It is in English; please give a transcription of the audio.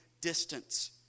distance